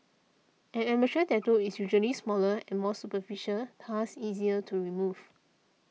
an amateur tattoo is usually smaller and more superficial thus easier to remove